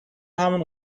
همون